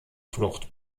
flucht